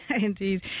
Indeed